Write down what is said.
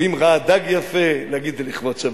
ואם ראה דג יפה להגיד: זה לכבוד שבת,